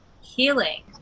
healing